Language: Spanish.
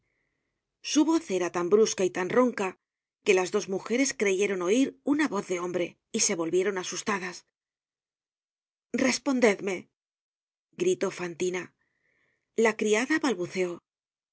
su voz era tan brusca y tan ronca que las dos mujeres creyeron oir una voz de hombre y se volvieron asustadas respondedme gritó fantina la criada balbuceó la